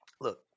Look